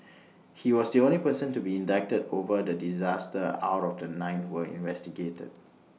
he was the only person to be indicted over the disaster out of the nine were investigated